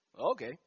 Okay